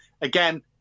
again